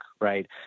right